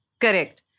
Correct